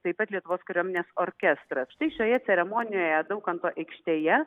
taip pat lietuvos kariuomenės orkestras štai šioje ceremonijoje daukanto aikštėje